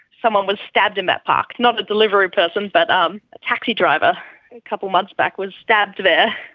someone was stabbed in that park. not a delivery person but um a taxi driver a couple of months back was stabbed there.